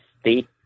state